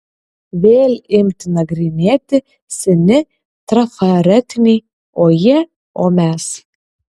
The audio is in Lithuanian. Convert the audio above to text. vėl imti nagrinėti seni trafaretiniai o jie o mes